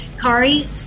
Kari